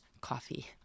coffee